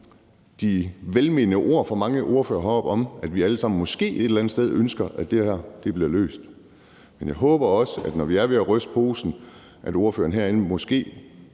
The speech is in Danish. de velmenende ord fra mange ordførere heroppe om, at vi alle sammen måske et eller andet sted ønsker, at det her bliver løst. Men jeg håber også, at når vi er ved at ryste posen, når vi sætter os